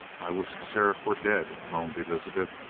i wish the sheriff were dead! moaned elizabeth.